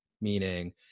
meaning